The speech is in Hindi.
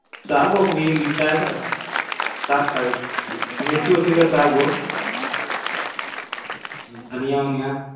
साग वाग भी बिकता है सर का साग मेथी वेथी का साग हो धनिया वनिया